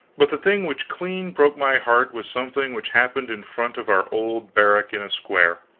but the thing which clean broke my heart was something which happened in front of our old barrack in a square,